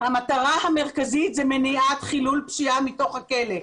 המטרה המרכזית היא מניעת חילול פשיעה מתוך הכלא.